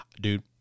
Dude